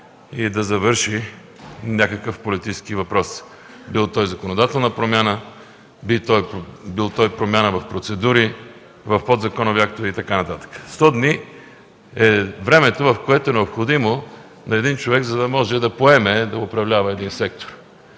и да завърши някакъв политически въпрос, бил той законодателна промяна, бил той промяна в процедури, в подзаконови актове и така нататък. Сто дни е времето, което е необходимо на един човек, за да може да поеме да управлява един сектор.